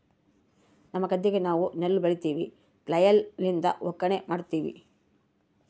ನಮ್ಮ ಗದ್ದೆಗ ನಾವು ನೆಲ್ಲು ಬೆಳಿತಿವಿ, ಫ್ಲ್ಯಾಯ್ಲ್ ಲಿಂದ ಒಕ್ಕಣೆ ಮಾಡ್ತಿವಿ